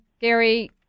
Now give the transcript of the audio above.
Gary